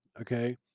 okay